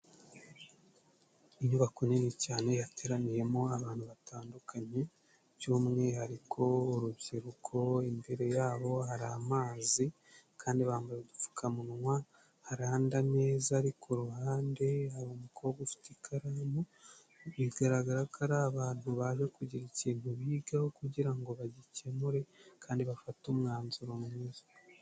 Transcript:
Inyubako nini cyane yateraniyemo abantu batandukanye by'umwihariko urubyiruko imbere yabo hari amazi kandi bambaye udupfukamunwa haranda meza ariko ku ruhande hariba umukobwa ufite ikaramu bigaragara ko ari abantu baje kugira ikintu bigaho kugirango bagikemure kandi bafate umwanzuro mwiza.